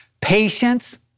Patience